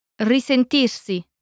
risentirsi